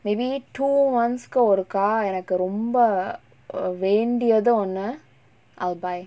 maybe two months கு ஒருக்கா எனக்கு ரொம்ப வேண்டியது ஒன்ன:ku orukkaa enakku romba vendiyathu onna I'll buy